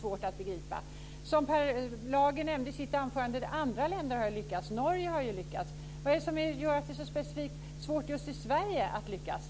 Per Lager nämnde i sitt anförande att andra länder har lyckats. Norge har lyckats. Vad är det som gör att det är så specifikt svårt att lyckas i Sverige?